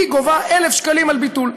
היא גובה 1,000 שקלים על ביטול.